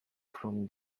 from